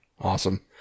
Awesome